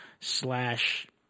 slash